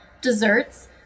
desserts